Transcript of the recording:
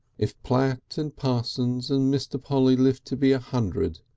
if platt and parsons and mr. polly live to be a hundred,